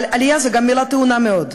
אבל "עלייה" זו גם מילה טעונה מאוד.